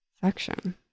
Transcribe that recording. section